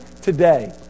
today